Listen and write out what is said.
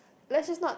let's just not